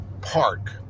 park